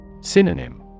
Synonym